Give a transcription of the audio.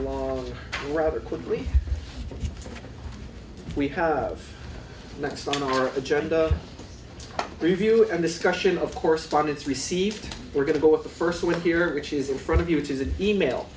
all rather quickly we have next on our agenda review and discussion of correspondents received we're going to go with the first one here which is in front of you which is an e mail